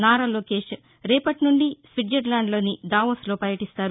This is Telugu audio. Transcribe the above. నారా లోకేష్ రేపటి నుండి స్విట్జర్లండ్లోని దావోస్లో పర్యటిస్తారు